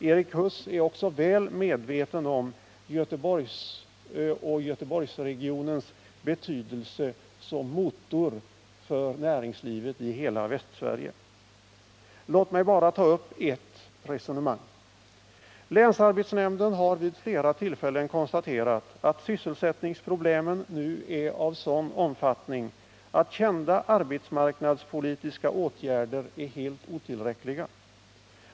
Erik Huss är också väl medveten om Göteborgs och Göteborgsregionens betydelse som motor för näringslivet i hela Västsverige. Låt mig bara ta upp ett resonemang. Länsarbetsnämnden har vid flera tillfällen konstaterat att sysselsättningsproblemen nu är av sådan omfattning att kända arbetsmarknadspolitiska åtgärder är helt otillräckliga.